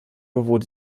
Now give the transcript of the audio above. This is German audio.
wurde